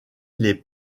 les